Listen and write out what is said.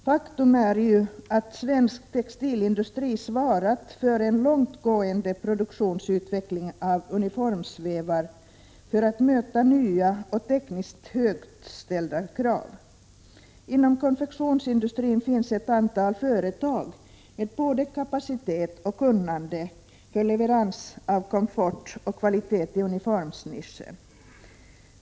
Faktum är att svensk textilindustri svarat för en långtgående produktutveckling av uniformsvävar för att möta nya och tekniskt högt ställda krav. Inom konfektionsindustrin finns ett antal företag med både kapacitet och kunnande för leverans av komfort och kvalitet i uniformsnischen.